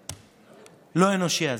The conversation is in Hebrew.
הבאמת-לא אנושי הזה.